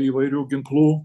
įvairių ginklų